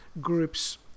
groups